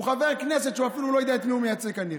הוא חבר כנסת שאפילו לא יודע את מי הוא מייצג כנראה.